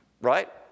Right